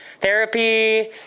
therapy